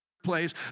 place